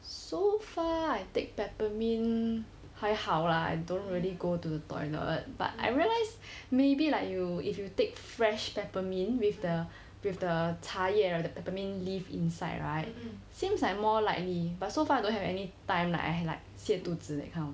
so far I take peppermint 还好 lah I dont really go to the toilet but I realise maybe like you if you take fresh peppermint with the with the 茶叶 the peppermint leaf inside right seems like more likely but so far I don't have any time like I like 泻肚子 that kind of